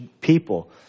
people